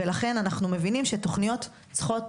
לכן, אנחנו מבינים שתוכניות צריכות